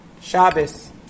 Shabbos